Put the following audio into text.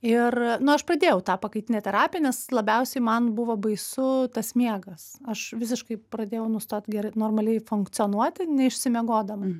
ir nu aš pradėjau tą pakaitinę terapiją nes labiausiai man buvo baisu tas miegas aš visiškai pradėjau nustot ger normaliai funkcionuoti neišsimiegodama